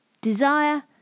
desire